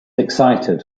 excited